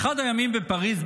באחד הימים בפריז,